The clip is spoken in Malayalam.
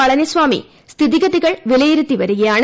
പളനിസ്വാമി സ്ഥിതിഗതികൾ വിലയിരുത്തി വരികയാണ്